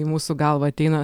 į mūsų galvą ateina